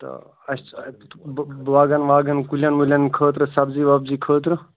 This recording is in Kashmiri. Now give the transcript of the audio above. تہٕ اَسہِ چھِ باغَن واغن کُلٮ۪ن وُلٮ۪ن خٲطرٕ سبزی وبزی خٲطرٕ